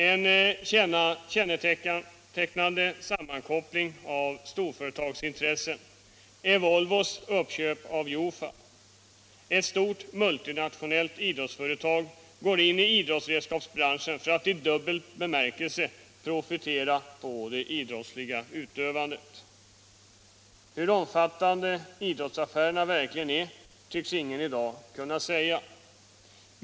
En kännetecknande sammankoppling av storföretagsintressen är Volvos uppköp av Jofa. Ett stort multinationellt industriföretag går in i idrottsredskapsbranschen för att i dubbel bemärkelse profitera på det idrottsliga utövandet. Hur omfattande idrottsaffärerna verkligen är tycks ingen i dag kunna säga.